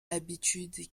habitudes